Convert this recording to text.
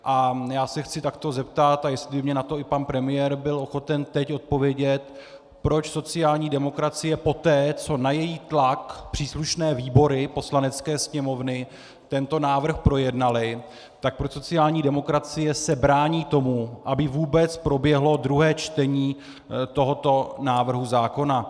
Já se chci takto zeptat, a jestli by mi na to i pan premiér byl ochoten teď odpovědět, proč sociální demokracie poté, co na její tlak příslušné výbory Poslanecké sněmovny tento návrhy projednaly, tak proč se sociální demokracie se brání tomu, aby vůbec proběhlo druhé čtení tohoto návrhu zákona.